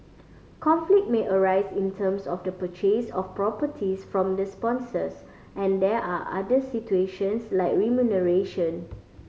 conflict may arise in terms of the purchase of properties from the sponsors and there are other situations like remuneration